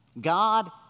God